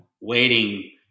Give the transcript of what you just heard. waiting